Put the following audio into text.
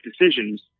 decisions